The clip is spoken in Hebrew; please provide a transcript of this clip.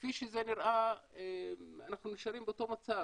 וכפי שזה נראה אנחנו נשארים באותו מצב.